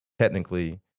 Technically